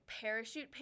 parachute